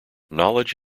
knowledge